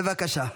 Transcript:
בבקשה.